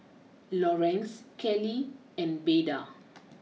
Lorenz Kellie and Beda